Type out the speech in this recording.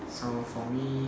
so for me